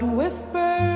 whisper